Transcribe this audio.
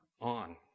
on